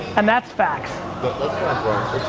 and that's facts. but that's